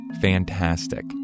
...fantastic